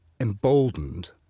emboldened